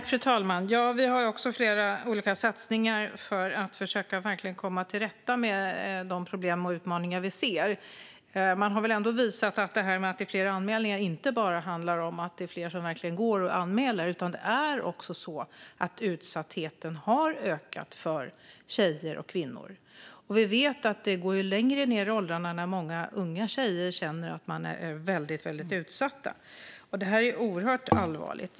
Fru talman! Vi har också flera olika satsningar för att försöka komma till rätta med de problem och utmaningar vi ser. Man har visat att fler anmälningar inte bara handlar om att fler anmäler utan att utsattheten har ökat för tjejer och kvinnor. Vi vet att det går längre ned i åldrarna där tjejer känner att de är utsatta. Det är oerhört allvarligt.